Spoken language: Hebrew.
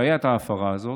כשהייתה ההפרה הזאת,